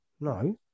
No